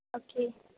okay